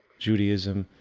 judaism,